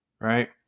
right